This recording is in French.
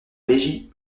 veigy